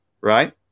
right